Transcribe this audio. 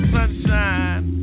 Sunshine